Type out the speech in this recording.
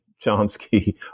Chomsky